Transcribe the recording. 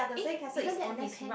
eh isn't that left hand